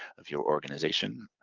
of your organization.